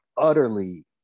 utterly